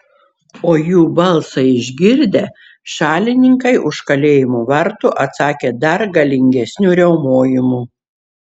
o jų balsą išgirdę šalininkai už kalėjimo vartų atsakė dar galingesniu riaumojimu